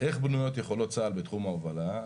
איך בנויות יכולות צה"ל בתחום ההובלה?